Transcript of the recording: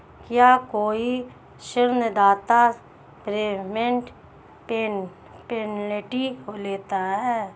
क्या कोई ऋणदाता प्रीपेमेंट पेनल्टी लेता है?